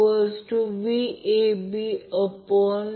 current समान magnitude balance 33 आहेत